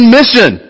mission